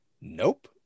Nope